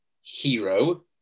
hero